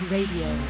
Radio